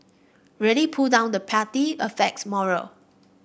really pull down the party affects morale